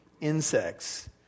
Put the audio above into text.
insects